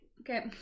Okay